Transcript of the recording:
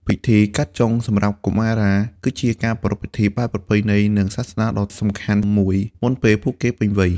ពិធី "កាត់ចុង" សម្រាប់កុមារា គឺជាការប្រារព្ធពិធីបែបប្រពៃណី និងសាសនាដ៏សំខាន់មួយមុនពេលពួកគេពេញវ័យ។